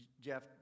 Jeff